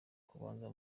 kubanza